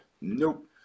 nope